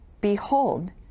behold